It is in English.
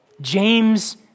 James